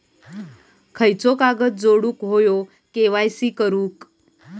खयचो कागद जोडुक होयो के.वाय.सी करूक?